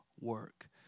work